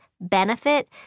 benefit